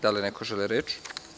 Da li neko želi reč?